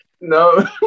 No